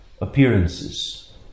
appearances